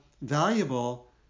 valuable